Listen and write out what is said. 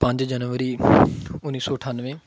ਪੰਜ ਜਨਵਰੀ ਉੱਨੀ ਸੌ ਅਠਾਨਵੇਂ